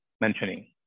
mentioning